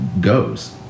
goes